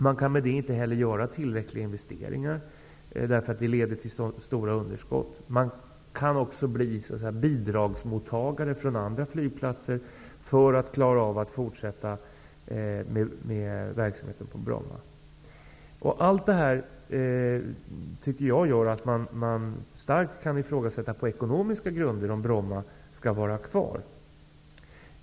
Man kan då inte heller göra tillräckliga investeringar, därför att det leder till så stora underskott. Det kan också bli så att Bromma flygplats får ta emot bidrag från andra flygplatser för att kunna fortsätta verksamheten. Allt detta gör att man på ekonomiska grunder kan starkt ifrågasätta om Bromma flygplats skall vara kvar.